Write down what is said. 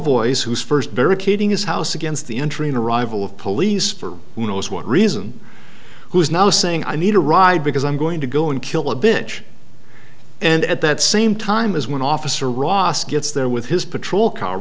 voice who's first very kidding his house against the entry in arrival of police for who knows what reason who's now saying i need a ride because i'm going to go and kill a bitch and at that same time is when officer ross gets there with his